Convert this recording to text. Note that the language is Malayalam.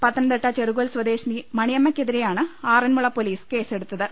പത്തനംതിട്ട ചെറുകോൽ സ്വദേശിനി മണിയമ്മക്കെതിരെയാണ് ആറന്മുള പോലീസ് കേസെടുത്തത്